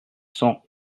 cents